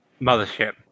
Mothership